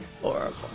Horrible